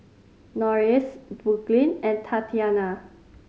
Norris Brooklynn and Tatyana